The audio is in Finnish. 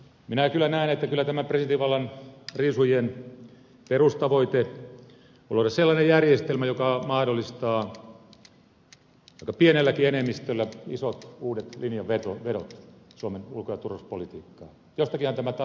minä kyllä näen että kyllä tämä presidentin vallan riisujien perustavoite on luoda sellainen järjestelmä joka mahdollistaa aika pienelläkin enemmistöllä isot uudet linjanvedot suomen ulko ja turvallisuuspolitiikkaan